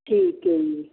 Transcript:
ਠੀਕ ਹੈ ਜੀ